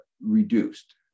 reduced